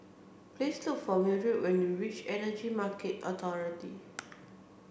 please look for Mildred when you reach Energy Market Authority